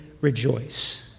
rejoice